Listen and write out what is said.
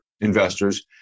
investors